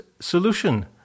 Solution